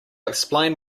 explain